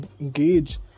engage